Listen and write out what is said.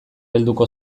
helduko